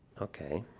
okay.